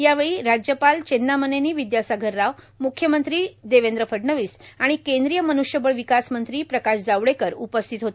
यावेळी राज्यपाल चेन्नामनेनी विदयासागर राव मुख्यमंत्री देवेंद्र फडणवीस आणि केंद्रीय मनृष्यबळ विकास मंत्री प्रकाश जावडेकर उपस्थित होते